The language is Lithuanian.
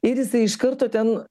ir jisai iš karto ten